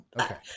Okay